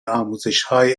آموزشهای